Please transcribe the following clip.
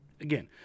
again –